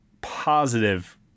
positive